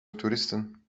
toeristen